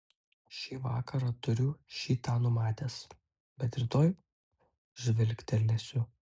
šį vakarą turiu šį tą numatęs bet rytoj žvilgtelėsiu